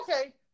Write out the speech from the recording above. Okay